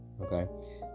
okay